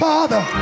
Father